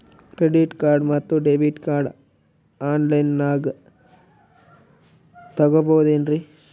Credit card ಮತ್ತು debit card on ಲೈನಾಗ್ ತಗೋಬಹುದೇನ್ರಿ?